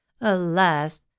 Alas